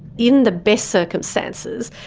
in the best circumstances,